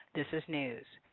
this is news.